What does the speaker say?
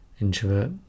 Introvert